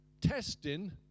testing